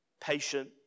patient